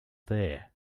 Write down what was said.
there